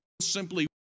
simply